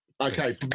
Okay